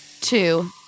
Two